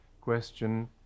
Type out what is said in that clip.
question